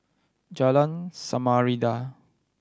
Jalan Samarinda